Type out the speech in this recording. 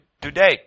today